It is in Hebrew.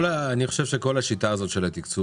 אני חושב שכל השיטה הזאת של התקצוב